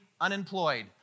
unemployed